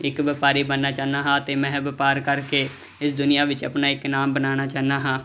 ਇੱਕ ਵਪਾਰੀ ਬਣਨਾ ਚਾਹੁੰਦਾ ਹਾਂ ਤੇ ਮੈਂ ਵਪਾਰ ਕਰਕੇ ਇਸ ਦੁਨੀਆ ਵਿੱਚ ਆਪਣਾ ਇੱਕ ਨਾਮ ਬਣਾਉਣਾ ਚਾਹੁੰਦਾ ਹਾਂ